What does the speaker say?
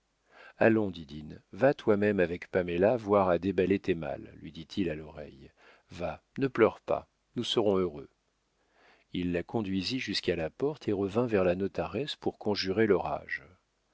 regardait allons didine va toi-même avec paméla voir à déballer tes malles lui dit-il à l'oreille va ne pleure pas nous serons heureux il la conduisit jusqu'à la porte et revint vers la notaresse pour conjurer l'orage